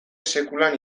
sekulan